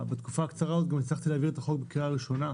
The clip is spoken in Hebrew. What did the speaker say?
בתקופה קצרה הצלחתי להעביר את החוק בקריאה ראשונה.